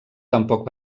tampoc